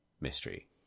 mystery